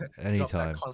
Anytime